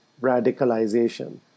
radicalization